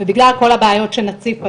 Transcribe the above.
ובגלל כל הבעיות שנציף היום.